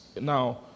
Now